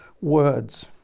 words